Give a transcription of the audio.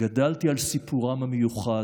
גדלתי על סיפורם המיוחד.